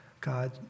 God